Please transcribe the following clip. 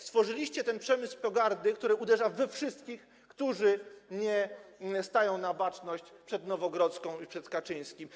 Stworzyliście przemysł pogardy, który uderza we wszystkich, którzy nie stają na baczność przed Nowogrodzką i przed Kaczyńskim.